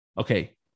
Okay